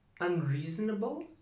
Unreasonable